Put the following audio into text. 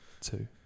Two